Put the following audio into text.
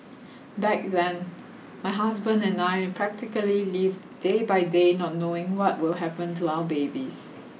back then my husband and I practically lived day by day not knowing what will happen to our babies